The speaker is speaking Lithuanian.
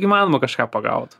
įmanoma kažką pagaut